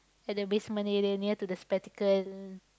at the basement area near to the spectacle